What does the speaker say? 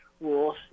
rules